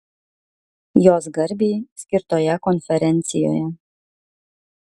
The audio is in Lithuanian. jos garbei skirtoje konferencijoje